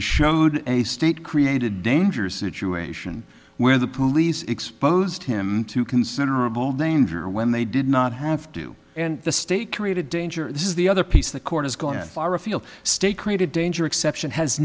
showed a state created dangerous situation where the police exposed him to considerable danger when they did not have to the state created danger this is the other piece the court is going to fire a field state created danger exception has